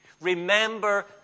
Remember